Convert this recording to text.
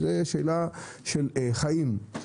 זו שאלה של חיים,